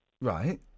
Right